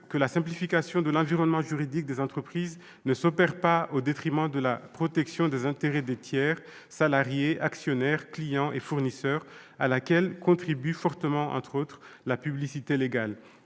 que la simplification de l'environnement juridique des entreprises ne s'opère pas au détriment de la protection des intérêts des tiers, salariés, actionnaires, clients et fournisseurs, à laquelle contribue fortement, entre autres dispositifs, la publicité légale.